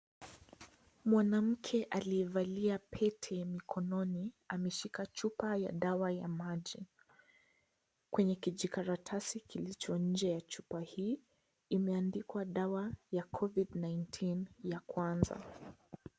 Mwanamke aliyevalia pete mkononi, ameshika chupa ya dawa ya maji, kwenye kijikaratasi kilicho nje ya chupa hii, imeandikwa dawa, ya (cs)Covid19(cs), ya kwanza.